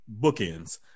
bookends